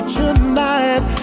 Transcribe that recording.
tonight